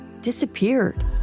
disappeared